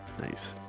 Nice